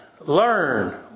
Learn